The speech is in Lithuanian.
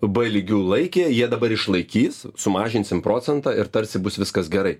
b lygiu laikė jie dabar išlaikys sumažinsim procentą ir tarsi bus viskas gerai